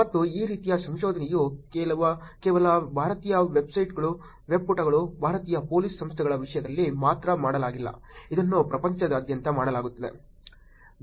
ಮತ್ತು ಈ ರೀತಿಯ ಸಂಶೋಧನೆಯು ಕೇವಲ ಭಾರತೀಯ ವೆಬ್ಪುಟಗಳು ಭಾರತೀಯ ಪೊಲೀಸ್ ಸಂಸ್ಥೆಗಳ ವಿಷಯದಲ್ಲಿ ಮಾತ್ರ ಮಾಡಲಾಗಿಲ್ಲ ಇದನ್ನು ಪ್ರಪಂಚದಾದ್ಯಂತ ಮಾಡಲಾಗುತ್ತದೆ